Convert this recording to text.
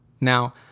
Now